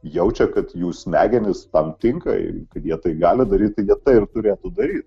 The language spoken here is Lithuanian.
jaučia kad jų smegenys tam tinka ir kad jie tai gali daryti kad tai ir turėtų daryt